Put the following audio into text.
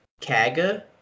Kaga